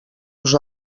vos